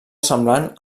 semblant